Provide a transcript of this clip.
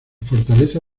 fortaleza